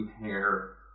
hair